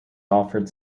offered